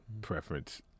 preference